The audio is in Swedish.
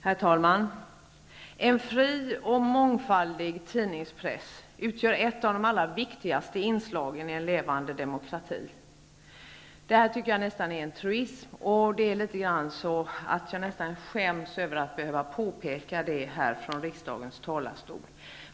Herr talman! En fri och mångfaldig tidningspress utgör ett av de allra viktigaste inslagen i en levande demokrati. Det här är nästan en truism, och jag skäms litet över att behöva påpeka det från riksdagens talarstol.